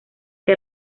que